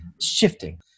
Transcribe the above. shifting